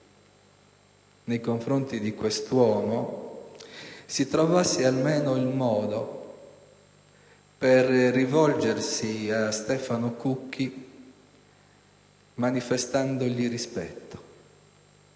nei confronti di quest'uomo, si trovasse almeno il modo per rivolgersi a Stefano Cucchi manifestandogli rispetto,